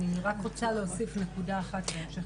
אני רק רוצה להוסיף נקודה אחת בהמשך לדברים,